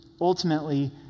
ultimately